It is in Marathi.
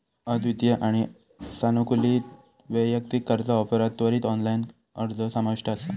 अद्वितीय आणि सानुकूलित वैयक्तिक कर्जा ऑफरात त्वरित ऑनलाइन अर्ज समाविष्ट असा